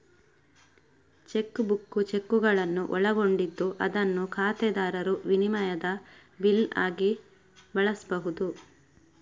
check book ಚೆಕ್ಕುಗಳನ್ನು ಒಳಗೊಂಡಿದ್ದು ಅದನ್ನು ಖಾತೆದಾರರು ವಿನಿಮಯದ ಬಿಲ್ ಆಗಿ ಬಳಸ್ಬಹುದು